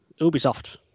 Ubisoft